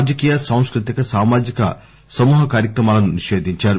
రాజకీయ సాంస్కృతిక సామాజిక సమూహ కార్యక్రమాలను నిషేధించారు